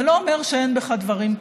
זה לא אומר שאין בך דברים טובים,